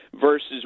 versus